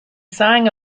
sang